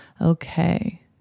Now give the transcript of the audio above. Okay